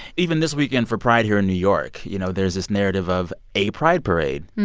even this weekend for pride here in new york, you know, there's this narrative of a pride parade.